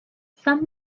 some